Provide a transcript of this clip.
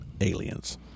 aliens